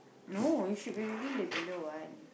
no you should be reading the greener one